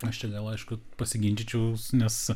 aš čia gal aišku pasiginčyčiau nes